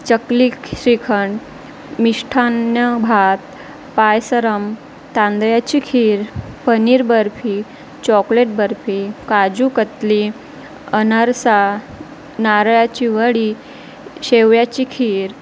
चकली श्रीखंड मिष्ठान्न भात पायसम तांदळ्याची खीर पनीर बर्फी चॉकलेट बर्फी काजू कतली अनारसा नारळाची वडी शेवयाची खीर